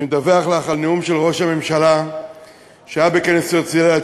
אני מדווח לך על נאום של ראש הממשלה שהיה בכנס הרצליה,